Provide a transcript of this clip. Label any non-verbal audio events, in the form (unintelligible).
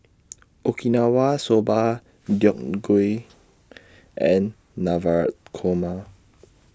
Okinawa Soba (unintelligible) Gui and (unintelligible) Korma